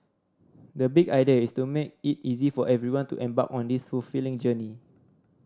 the big idea is to make it easy for everyone to embark on this fulfilling journey